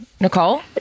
Nicole